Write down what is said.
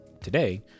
Today